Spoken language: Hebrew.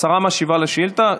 השרה משיבה על השאילתה.